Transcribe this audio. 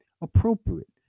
appropriate